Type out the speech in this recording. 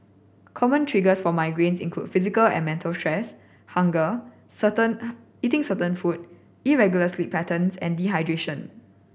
common triggers for migraines include physical and mental stress hunger certain eating certain food irregular sleep patterns and dehydration